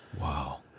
Wow